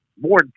More